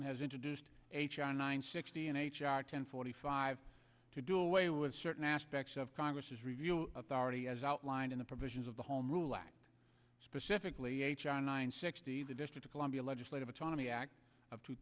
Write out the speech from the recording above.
norton has introduced h r nine sixty and h r ten forty five to do away with certain aspects of congress's review authority as outlined in the provisions of the home rule act specifically h r nine sixty the district of columbia legislative autonomy act of two